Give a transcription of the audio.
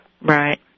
Right